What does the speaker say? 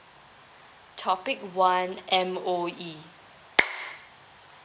topic one M_O_E